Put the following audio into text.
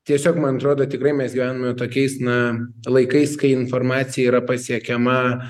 tiesiog man atrodo tikrai mes gyvename tokiais na laikais kai informacija yra pasiekiama